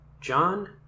John